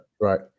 right